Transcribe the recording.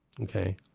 Okay